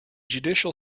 judicial